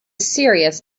serious